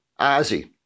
Ozzy